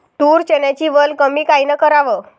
तूर, चन्याची वल कमी कायनं कराव?